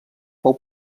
fou